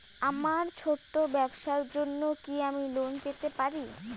আমার ছোট্ট ব্যাবসার জন্য কি আমি লোন পেতে পারি?